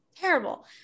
Terrible